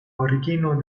origino